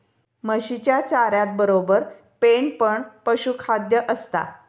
म्हशीच्या चाऱ्यातबरोबर पेंड पण पशुखाद्य असता